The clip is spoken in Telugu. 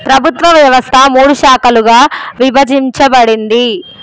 ప్రభుత్వ వ్యవస్థ మూడు శాఖలుగా విభజించబడింది